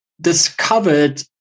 discovered